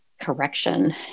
correction